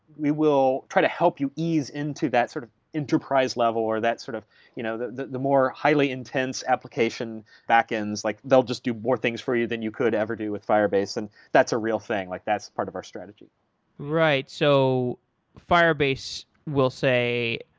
we will try to help you ease into that sort of enterprise level or that sort of you know the the more highly intense application backends. like they'll just do more things for you than you could ever do with firebase, and that's a real thing. like that's part of our strategy so firebase will say,